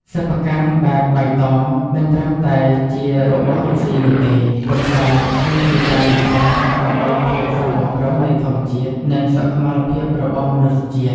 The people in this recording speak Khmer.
សិប្បកម្មបែបបៃតងមិនត្រឹមតែជារបរកស៊ីនោះទេ ប៉ុន្តែ គឺជាការលះបង់ដើម្បីភាពស្រស់បំព្រងនៃធម្មជាតិ និង សុខមាលភាពរបស់មនុស្សជាតិ។